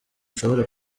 mushobora